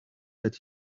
that